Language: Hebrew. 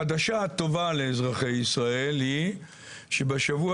החדשה הטובה לאזרחי ישראל היא שבשבוע